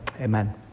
amen